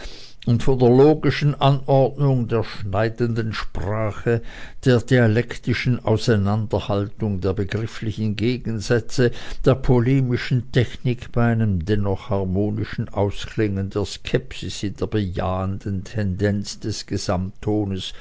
und von der logischen anordnung der schneidenden sprache der dialektischen auseinanderhaltung der begrifflichen gegensätze der polemischen technik bei einem dennoch harmonischen ausklingen der skepsis in der bejahenden tendenz des gesamttones